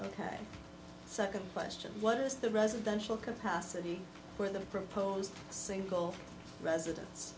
time second question what is the residential capacity for the proposed single residen